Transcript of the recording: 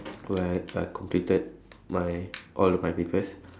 where I completed my all of my papers